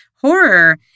Horror